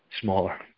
Smaller